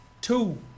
two